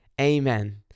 Amen